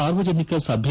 ಸಾರ್ವಜನಿಕ ಸಭೆ